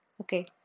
Okay